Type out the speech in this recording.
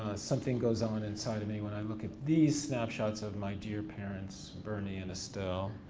something goes on inside of me when i look at these snapshots of my dear parents, bernie and estelle,